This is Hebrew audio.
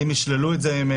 האם ישללו את זה ממנו?